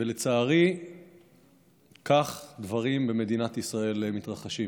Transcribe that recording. ולצערי כך דברים במדינת ישראל מתרחשים,